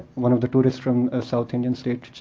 one of the tourists from a south indian state,